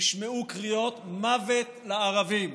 נשמעו קריאות "מוות לערבים".